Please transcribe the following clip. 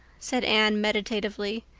said anne meditatively.